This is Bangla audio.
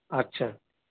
আচ্ছা